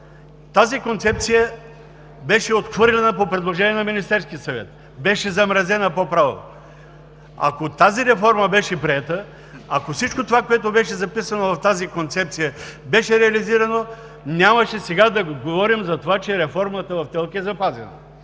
Тази концепция беше отхвърлена по предложение на Министерския съвет, беше замразена по право. Ако тази реформа беше приета, ако всичко това, което беше записано в тази концепция, беше реализирано, нямаше сега да говорим за това, че реформата в ТЕЛК е запазена.